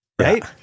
right